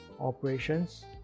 operations